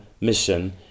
mission